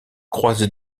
croisées